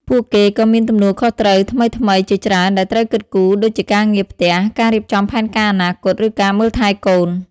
ពួកគេក៏មានទំនួលខុសត្រូវថ្មីៗជាច្រើនដែលត្រូវគិតគូរ ដូចជាការងារផ្ទះ ការរៀបចំផែនការអនាគត ឬការមើលថែកូន ។